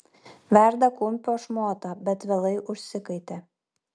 verda kumpio šmotą bet vėlai užsikaitė